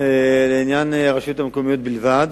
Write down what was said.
לעניין הרשויות המקומיות בלבד,